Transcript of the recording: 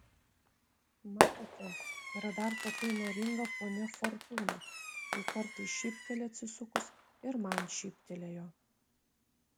matote yra dar tokia įnoringa ponia fortūna ji kartais šypteli atsisukus ir man šyptelėjo